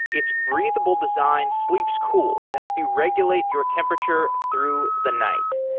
it's breathable design sleeps cool to help you regulate your temperature through the night.